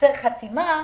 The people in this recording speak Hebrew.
וחסר חתימה,